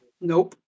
Nope